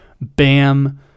bam